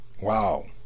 Wow